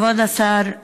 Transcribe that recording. כבוד השר,